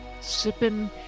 Sipping